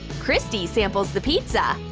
christy samples the pizza.